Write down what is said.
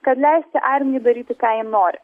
kad leisti armijai daryti ką ji nori